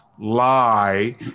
lie